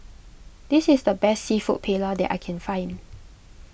this is the best Seafood Paella that I can find